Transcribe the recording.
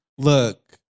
Look